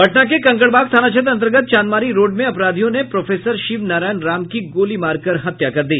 पटना के कंकड़बाग थाना क्षेत्र अंतर्गत चांदमारी रोड में अपराधियों ने प्रोफेसर शिव नारायण राम की गोली मारकर हत्या कर दी